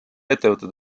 ettevõtted